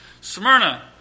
Smyrna